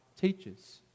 teaches